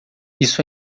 isso